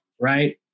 right